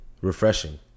refreshing